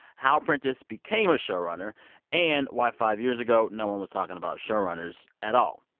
how prentice became a showrunner and why, five years ago, no one was talking about showrunners at all.